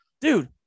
dude